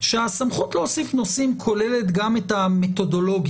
כשהסמכות להוסיף נושאים כוללת גם את המתודולוגיה.